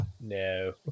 no